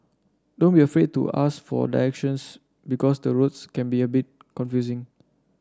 don't be afraid to ask for directions because the roads can be a bit confusing